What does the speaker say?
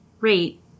rate